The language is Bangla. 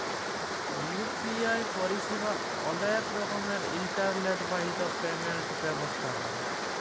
ইউ.পি.আই পরিসেবা অলেক রকমের ইলটারলেট বাহিত পেমেল্ট ব্যবস্থা হ্যয়